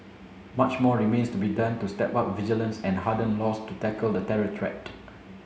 much more remains to be done to step up vigilance and harden laws to tackle the terror threat